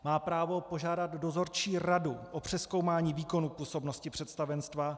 Má právo požádat dozorčí radu o přezkoumání výkonu působnosti představenstva.